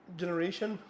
generation